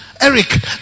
Eric